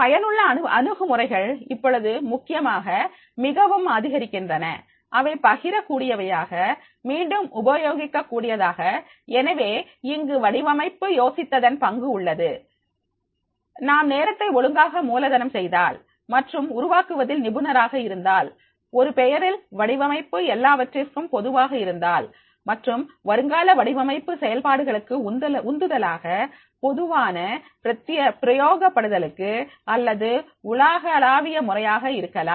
பயனுள்ள அணுகுமுறைகள் இப்பொழுது முக்கியமாக மிகவும் அதிகரிக்கின்றன அவை பகிர கூடியவையாக மீண்டும் உபயோகிக்கக் கூடியதாக எனவே இங்கு வடிவமைப்பு யோசித்ததின் பங்கு உள்ளது நாம் நேரத்தை ஒழுங்காக மூலதனம் செய்தால் மற்றும் உருவாக்குவதில் நிபுணராக இருந்தால் ஒரு பெயரில் வடிவமைப்பு எல்லாவற்றிற்கும் பொதுவாக இருந்தால் மற்றும் வருங்கால வடிவமைப்பு செயல்பாடுகளுக்கு உந்துதலாக பொதுவான பிரயோக படுதலுக்கு அல்லது உலகளாவிய முறையாக இருக்கலாம்